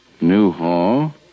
Newhall